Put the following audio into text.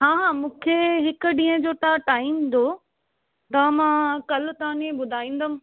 हा हा मूंखे हिकु ॾींहं जो तव्हां टाइम ॾियो त मां कल्ह तव्हांखे ॿुधाईंदमि